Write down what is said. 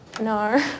No